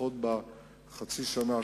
לפחות בחצי שנה,